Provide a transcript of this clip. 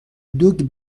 دوگ